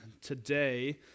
today